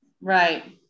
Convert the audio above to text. Right